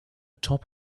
top